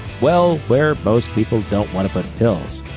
well, where most people don't want to put pills.